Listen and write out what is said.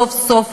סוף-סוף,